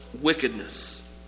wickedness